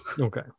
Okay